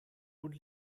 und